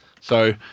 So-